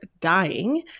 dying